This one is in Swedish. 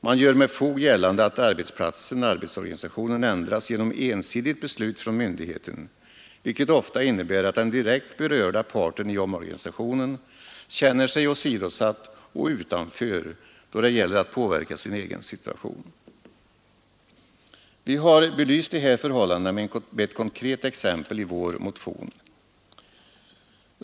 Man gör med fog gällande att arbetsplatsen/arbetsorganisationen ändras genom ensidigt beslut från myndigheten, vilket ofta innebär att den direkt berörda parten i omorganisationen känner sig åsidosatt och utanför då det gäller att påverka sin egen situation. Vi har belyst de här förhållandena med ett konkret exempel i vår motion.